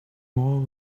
more